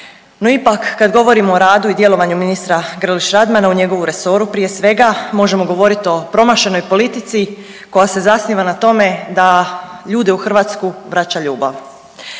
No, ipak kad govorimo o radu i djelovanju ministra Grlić Radmana u njegovu resoru prije svega možemo govoriti o promašenoj politici koja se zasniva na tome da ljude u Hrvatsku vraća ljubav.